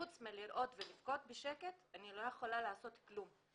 חוץ מלראות ולבכות בשקט אני לא יכולה לעשות כלום.